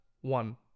one